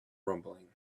rumbling